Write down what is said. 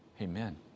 Amen